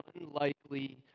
unlikely